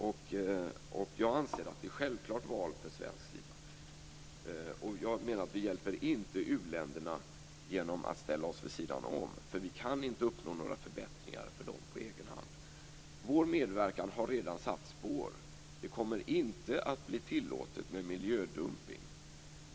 Jag anser att det är ett självklart val från svenska sida. Vi hjälper inte u-länderna genom att ställa oss vid sidan om. Vi kan inte uppnå några förbättringar för dem på egen hand. Vår medverkan har redan satt spår. Det kommer inte att bli tillåtet med miljödumpning.